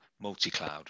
multi-cloud